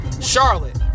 Charlotte